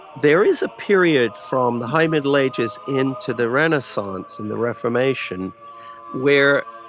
there is a period from the high middle ages into the renaissance and the reformation were